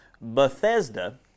Bethesda